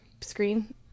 screen